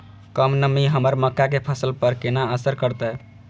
कम नमी हमर मक्का के फसल पर केना असर करतय?